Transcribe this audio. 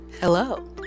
Hello